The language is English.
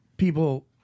People